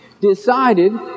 decided